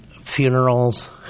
Funerals